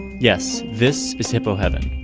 yes, this is hippo heaven.